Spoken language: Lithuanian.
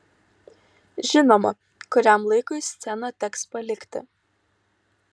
žinoma kuriam laikui sceną teks palikti